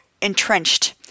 entrenched